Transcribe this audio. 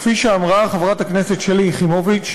כפי שאמרה חברת הכנסת שלי יחימוביץ,